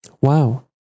Wow